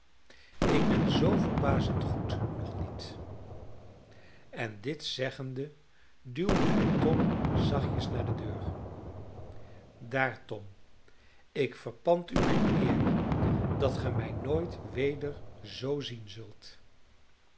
ik ben zoo verbazend goed nog niet en dit zeggende duwde hij tom zachtjes naar de deur daar tom ik verpand u mijne eer dat ge mij nooit weder zoo zien zult